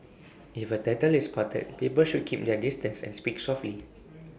if A turtle is spotted people should keep their distance and speak softly